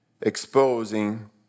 exposing